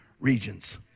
regions